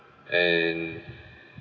and